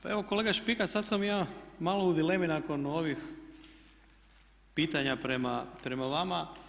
Pa evo kolega Špika sad sam ja malo u dilemi nakon ovih pitanja prema vama.